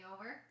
over